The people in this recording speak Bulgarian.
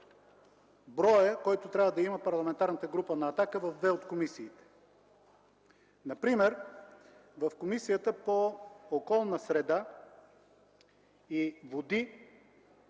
броя, който трябва да има Парламентарната група на „Атака” в две от комисиите. Например в Комисията по околната среда и водите